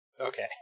Okay